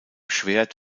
schwert